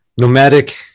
Nomadic